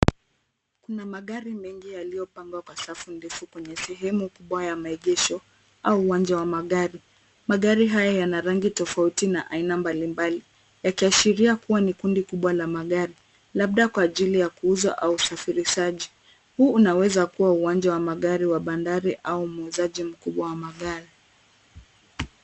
Kuna magari mengi yaliyopangwa kwenye safu sehemu kubwa ya maegesho, au uwanja wa magari. Magari haya yana rangi tofauti na aina mbalimbali yakiashiria kuwa, ni kundi kubwa la magari labda kwa ajili ya kuuzwa au uasafirishaji. Huu unaweza kuwa ni uwanja wa magari wa bandari au muuzaji mkubwa wa magari.